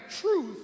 truth